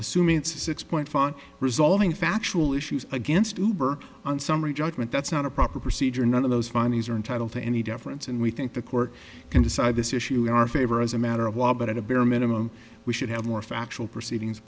a six point font resolving factual issues against tuber on summary judgment that's not a proper procedure none of those findings are entitled to any deference and we think the court can decide this issue in our favor as a matter of law but at a bare minimum we should have more factual proceedings